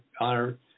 honor